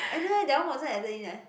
and then that one wasn't added in eh